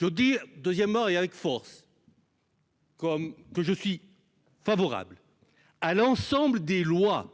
veux dire, deuxièmement et avec force. Comme que je suis favorable à l'ensemble des lois